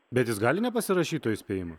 bet jis gali nepasirašyt to įspėjimo